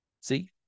See